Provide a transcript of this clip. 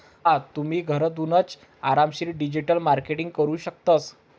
हा तुम्ही, घरथूनच आरामशीर डिजिटल मार्केटिंग करू शकतस